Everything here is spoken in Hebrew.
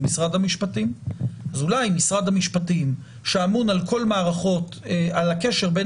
אז אולי משרד המשפטים שאמון על הקשר בין